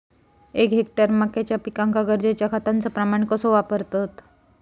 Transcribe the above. एक हेक्टर मक्याच्या पिकांका गरजेच्या खतांचो प्रमाण कसो वापरतत?